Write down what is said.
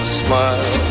smile